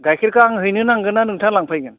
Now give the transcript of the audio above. गाइखेरखो आं हैनो नांगोन ना नोंथाङा लांफैगोन